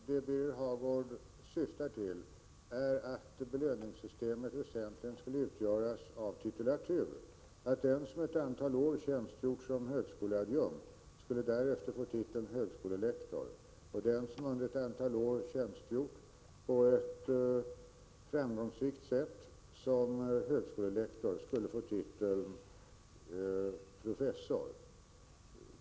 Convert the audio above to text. Herr talman! Jag förstår att Birger Hagård syftar på ett belöningssystem som väsentligen skulle utgöras av en titulatur. Den som ett antal år tjänstgjort som högskoleadjunkt skulle få titeln högskolelektor, och den som ett antal år tjänstgjort på ett framgångsrikt sätt som högskolelektor skulle få titeln professor.